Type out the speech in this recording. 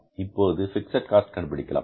இப்போது fixed cost கண்டுபிடிக்கலாம்